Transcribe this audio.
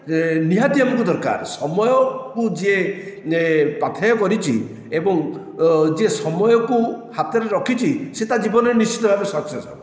ଯେ ନିହାତି ଆମକୁ ଦରକାର ସମୟକୁ ଯିଏ ପାଥେୟ କରିଛି ଏବଂ ଯେ ସମୟକୁ ହାତରେ ରଖିଛି ସେ ତା ଜୀବନରେ ନିଶ୍ଚିତ ଭାବେ ସକ୍ସେସ ହେବ